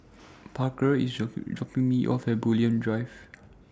Parker IS drop dropping Me off At Bulim Drive